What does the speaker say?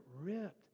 ripped